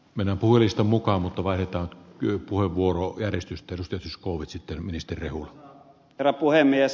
menen purista mukaan mutta vaihtanut kyypuhevuorokäristystä istutuskuovit sitten ministeri rehula herra puhemies